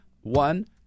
one